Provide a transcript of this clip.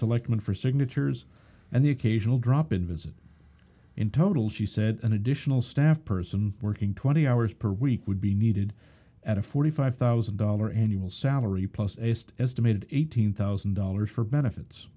selectman for signatures and the occasional drop in visit in total she said an additional staff person working twenty hours per week would be needed at a forty five thousand dollars annual salary plus asked as to made eighteen thousand dollars for benefits